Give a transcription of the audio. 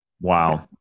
Wow